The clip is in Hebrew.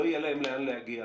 לא יהיה להם לאן להגיע,